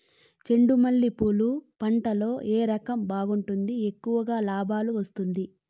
చెండు మల్లె పూలు పంట లో ఏ రకం బాగుంటుంది, ఎక్కువగా లాభాలు వస్తుంది?